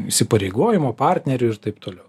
įsipareigojimo partneriu ir taip toliau